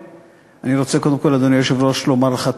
אני קובע כי הצעת החוק אושרה בקריאה טרומית